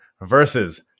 versus